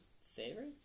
favorite